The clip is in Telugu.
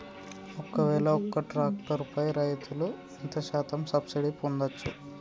ఒక్కవేల ఒక్క ట్రాక్టర్ పై రైతులు ఎంత శాతం సబ్సిడీ పొందచ్చు?